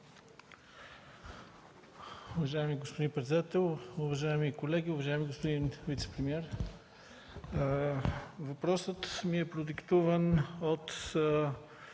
Уважаеми господин председател, уважаеми колеги, уважаеми господин вицепремиер! Въпросът ми е продиктуван от